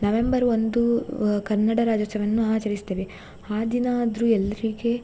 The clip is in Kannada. ನವೆಂಬರ್ ಒಂದು ಕನ್ನಡ ರಾಜ್ಯೋತ್ಸವನ್ನು ಆಚರಿಸ್ತೇವೆ ಆ ದಿನ ಆದರೂ ಎಲ್ಲರಿಗೆ